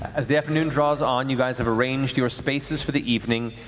as the afternoon draws on, you guys have arranged your spaces for the evening,